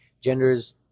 Genders